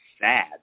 sad